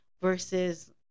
versus